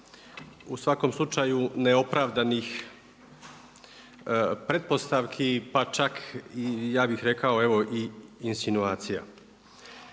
u svakom slučaju neopravdanih pretpostavki pa čak i ja